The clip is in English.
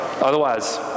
Otherwise